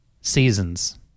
seasons